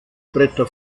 bretter